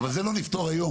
את זה לא נפתור היום